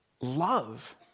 love